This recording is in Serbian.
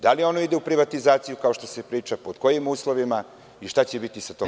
Da li ono ide u privatizaciju kao što se priča, pod kojim uslovima i šta će biti sa tom firmom.